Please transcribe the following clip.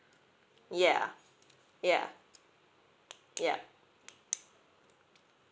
ya ya yup